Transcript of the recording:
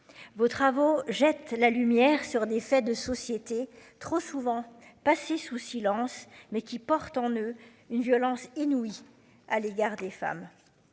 Vos travaux jette la lumière sur des faits de société trop souvent passé sous silence mais qui portent en eux une violence inouïe, à l'égard des femmes.